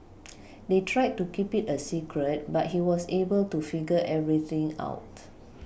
they tried to keep it a secret but he was able to figure everything out